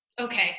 okay